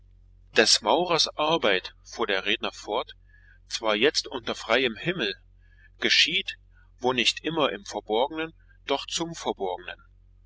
des maurers arbeit fuhr der redner fort zwar jetzt unter freiem himmel geschieht wo nicht immer im verborgnen doch zum verborgnen